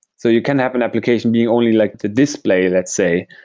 so you can have an application being only like the display, let's say,